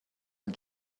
als